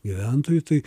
gyventojų tai